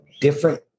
different